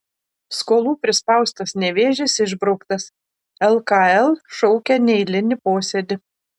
skolų prispaustas nevėžis išbrauktas lkl šaukia neeilinį posėdį